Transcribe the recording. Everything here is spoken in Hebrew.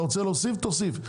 רוצה להוסיף תוסיף.